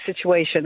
situation